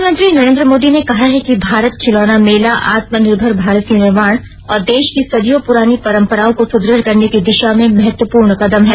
प्रधानमंत्री नरेन्द्र मोदी ने कहा है कि भारत खिलौना मेला आत्मनिर्भर भारत के निर्माण और देश की सदियों पुरानी परंपराओं को सुदृढ़ करने की दिशा में महत्वपूर्ण कदम है